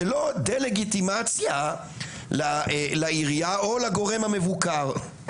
זה לא דה לגיטימציה לעירייה, או לגורם המבוקר.